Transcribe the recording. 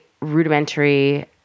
rudimentary